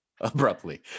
abruptly